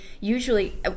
usually